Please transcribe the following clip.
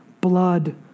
blood